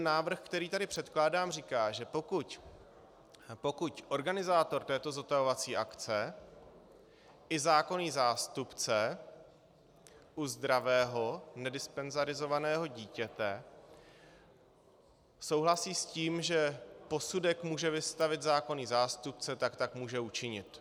Návrh, který tady předkládám, říká, že pokud organizátor této zotavovací akce i zákonný zástupce u zdravého, nedispenzarizovaného dítěte souhlasí s tím, že posudek může vystavit zákonný zástupce, tak tak může učinit.